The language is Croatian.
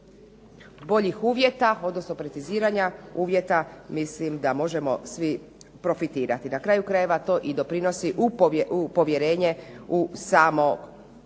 boljih uvjeta odnosno preciziranja uvjeta mislim da možemo svi profitirati. Na kraju krajeva to i doprinosi povjerenje u samog